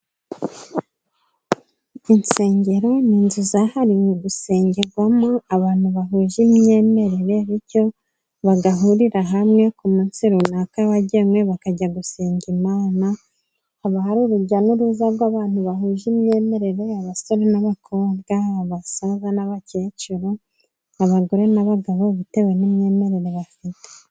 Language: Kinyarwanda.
Insengero ni inzu zahariwe gusengerwamo, abantu bahuje imyemerere. Bityo, bahurira hamwe ku munsi runaka wagenwe, bakajya gusenga Imana. Haba hari urujya n’uruza rw’abantu bahuje imyemerere: abasore n’abakobwa, abasaza n’abakecuru, abagore n’abagabo, bitewe n’imyemerere bafite.